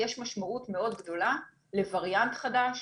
יש משמעות מאוד גדולה לווריאנט חדש